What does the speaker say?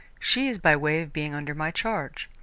she is by way of being under my charge.